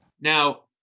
Now